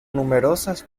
numerosas